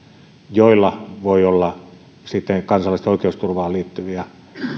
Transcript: joilla voi olla kansalaisten oikeusturvaan liittyviä